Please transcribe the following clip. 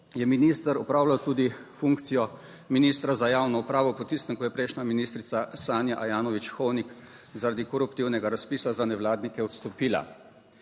je minister opravljal tudi funkcijo ministra za javno upravo po tistem, ko je prejšnja ministrica Sanja Ajanović Hojnik zaradi koruptivnega razpisa za nevladnike odstopila.